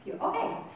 Okay